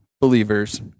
believers